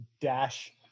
dash